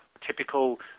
typical